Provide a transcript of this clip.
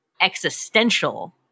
existential